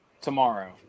tomorrow